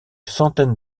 centaine